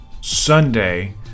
Sunday